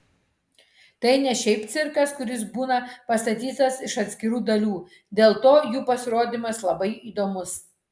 tai ne šiaip cirkas kuris būna pastatytas iš atskirų dalių dėl to jų pasirodymas labai įdomus